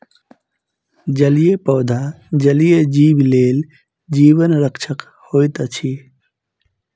जलीय पौधा जलीय जीव लेल जीवन रक्षक होइत अछि